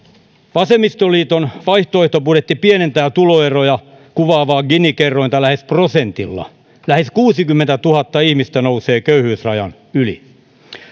vasemmistoliiton vaihtoehtobudjetti pienentää tuloeroja kuvaavaa gini kerrointa lähes prosentilla lähes kuusikymmentätuhatta ihmistä nousee köyhyysrajan yli